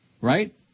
Right